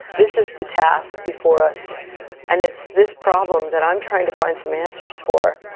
this is the task before us and it's this problem that i'm trying to find some answers for.